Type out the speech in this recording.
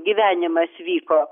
gyvenimas vyko